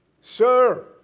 Sir